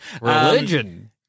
Religion